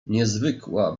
niezwykła